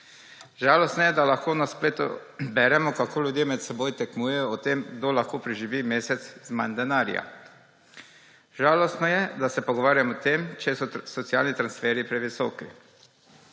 Žalostno je, da lahko na spletu beremo, kako ljudje med seboj tekmujejo v tem, kdo lahko preživi mesec z manj denarja. Žalostno je, da se pogovarjamo o tem, ali so socialni transferji previsoki.